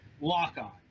lock-on